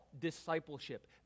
Discipleship